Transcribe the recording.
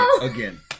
Again